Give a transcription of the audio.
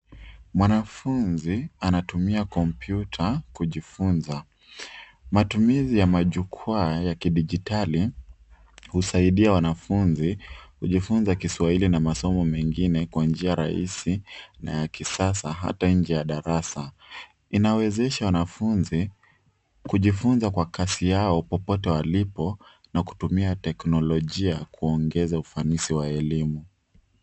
Mwanafunzi anatumia kompyuta kujifunza. Matumizi ya majukwaa ya kidijitali husaidia wanafunzi kujifunza Kiswahili na masomo mengine kwa njia rahisi na ya kisasa hata nje ya darasa. Inawezesha wanafunzi kujifunza kwa kasi yao popote walipo na kutumia teknolojia kuongeza ufanisi wa elimu.